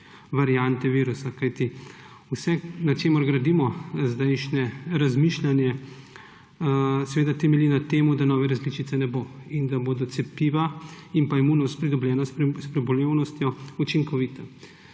variante virusa. Kajti vse, na čemer gradimo zdajšnje razmišljanje, seveda temelji na tem, da nove različice ne bo in da bodo cepiva in imunost, pridobljena s prebolevnostjo, učinkovita.